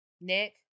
Nick